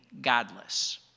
godless